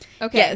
Okay